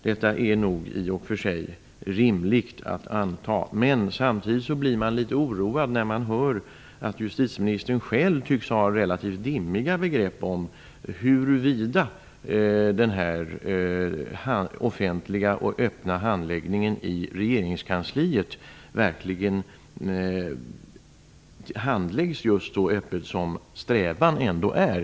Detta är nog i och för sig rimligt att anta. Men samtidigt blir man litet oroad när man hör att justitieministern själv tycks ha relativt dimmiga begrepp om huruvida den här offentliga och öppna handläggningen i regeringskansliet verkligen pågår så öppet som strävan ändå är.